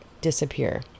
disappear